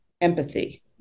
empathy